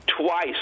twice